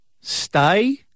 Stay